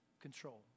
control